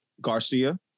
Garcia